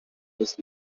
was